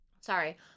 sorry